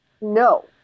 No